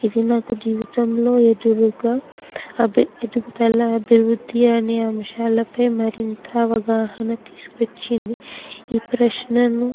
ఇది నాకు జీవితంలో ఎదురుగా అభి ఎదుగు తల అభివృద్ధి అని అంశాలపై మరింత అవగాహన తీసుకు వచ్చింది ఈ ప్రశ్నను